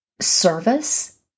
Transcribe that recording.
service